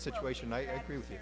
situation i agree with you